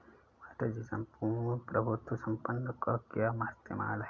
Master ji सम्पूर्ण प्रभुत्व संपन्न का क्या इस्तेमाल है?